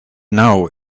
now